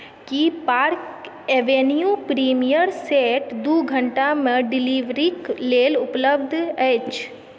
की Park Avenue premium scent दू घण्टामे डिलीवरीक लेल उपलब्ध अछि